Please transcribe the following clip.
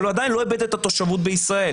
אבל הוא עדיין לא איבד את התושבות בישראל.